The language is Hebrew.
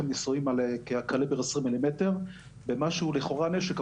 ניסויים על קליבר 20 מילימטר במה שהוא לכאורה נשק,